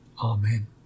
Amen